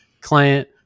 client